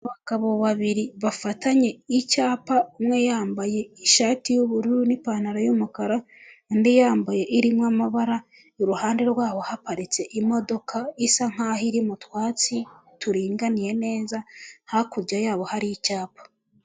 Abagabo babiri bafatanye icyapa umwe yambaye ishati y'ubururu n'ipantaro y'umukara, undi yambaye iririmo amabara, iruhande rwabo haparitse imodoka isa nkaho iri mu twatsi turinganiye neza, hakurya yabo hari icyapa.